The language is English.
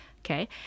Okay